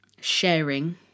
sharing